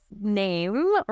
name